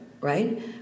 right